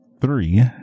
three